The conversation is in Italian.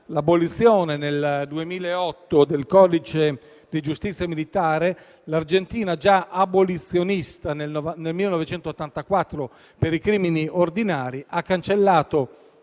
l'abolizione (nel 2008) del codice di giustizia militare, l'Argentina - già abolizionista, nel 1984, per i crimini ordinari - ha cancellato